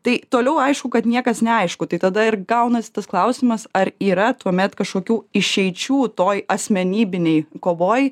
tai toliau aišku kad niekas neaišku tai tada ir gaunasi tas klausimas ar yra tuomet kažkokių išeičių toj asmenybinėj kovoj